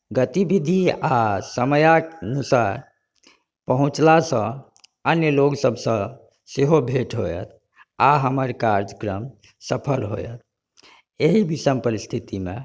गतिविधि आ समयके अनुसार पहुंँचलासँ अन्य लोक सभसँ सेहो भेट होयत आ हमर कार्यक्रम सफल होयत एहि विषम परिस्थितिमे